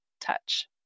touch